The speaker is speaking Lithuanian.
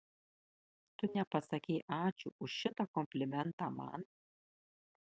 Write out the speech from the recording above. tu nepasakei ačiū už šitą komplimentą man